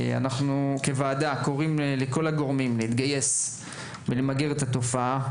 כוועדה אנחנו קוראים לכל הגורמים להתגייס ולמגר את התופעה.